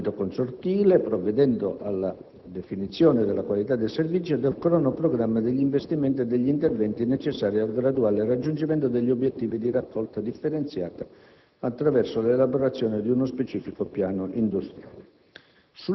in ambito consortile, provvedendo alla definizione della qualità del servizio e del cronoprogramma degli investimenti e degli interventi necessari al graduale raggiungimento degli obiettivi di raccolta differenziata, attraverso l'elaborazione di uno specifico piano industriale.